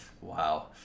Wow